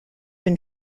been